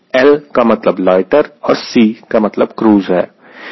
L का मतलब loiter और C का मतलब क्रूज़ है